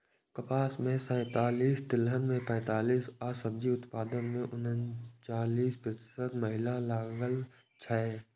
कपास मे सैंतालिस, तिलहन मे पैंतालिस आ सब्जी उत्पादन मे उनचालिस प्रतिशत महिला लागल छै